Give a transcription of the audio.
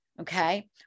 Okay